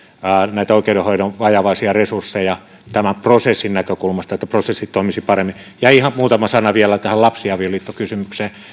näitä oikeudenhoidon vajavaisia resursseja tämän prosessin näkökulmasta että prosessi toimisi paremmin ja ihan muutama sana vielä tähän lapsiavioliittokysymykseen